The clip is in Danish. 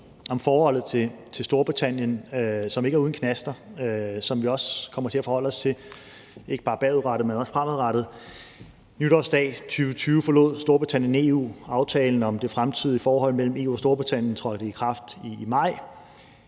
om forholdet til Storbritannien, som ikke er uden knaster, og som vi også kommer til at forholde os til, ikke bare bagudrettet, men også fremadrettet. Nytårsdag 2020 forlod Storbritannien EU. Aftalen om det fremtidige forhold mellem EU og Storbritannien trådte i kraft i maj